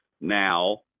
Now